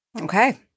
Okay